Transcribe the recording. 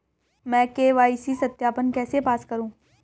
मैं के.वाई.सी सत्यापन कैसे पास करूँ?